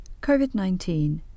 COVID-19